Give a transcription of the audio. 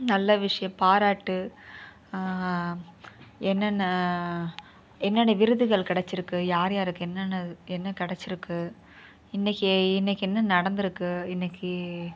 நல்ல விஷயம் பாராட்டு என்னென்ன என்னென்ன விருதுகள் கிடைச்சிருக்கு யார் யாருக்கு என்னென்ன என்ன கிடைச்சிருக்கு இன்னக்கு இன்னக்கு என்ன நடந்துருக்கு இன்னக்கு